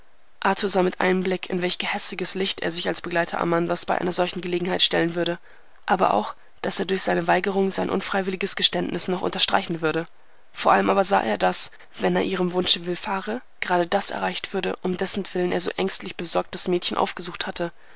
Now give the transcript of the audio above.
arthur sah mit einem blick in welch gehässiges licht er sich als begleiter amandas bei einer solchen gelegenheit stellen würde aber auch daß er durch seine weigerung sein unfreiwilliges geständnis noch unterstreichen würde vor allem aber sah er daß wenn er ihrem wunsche willfahre gerade das erreicht würde um dessenwillen er so ängstlich besorgt das mädchen aufgesucht hatte